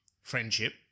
friendship